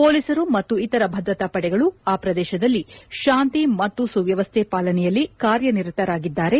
ಪೊಲೀಸರು ಮತ್ತು ಇತರ ಭದ್ರತಾ ಪಡೆಗಳು ಆ ಪ್ರದೇಶದಲ್ಲಿ ಶಾಂತಿ ಮತ್ತು ಸವ್ಚವಸ್ಥೆ ಪಾಲನೆಯಲ್ಲಿ ಕಾರ್ಯನಿರತರಾಗಿದ್ದಾರೆ